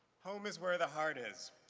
home is where the heart is,